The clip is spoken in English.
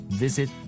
visit